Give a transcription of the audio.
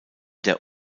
der